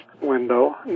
window